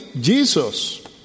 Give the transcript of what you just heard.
Jesus